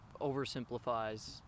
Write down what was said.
oversimplifies